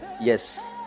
Yes